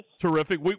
Terrific